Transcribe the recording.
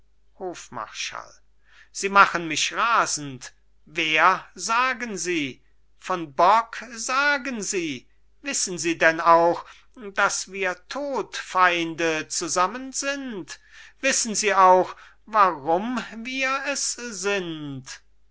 hofmarschall sie machen mich rasend wer sagen sie von bock sagen sie wissen sie denn auch daß wir todfeinde zusammen sind wissen sie auch warum wir es sind